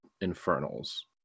infernals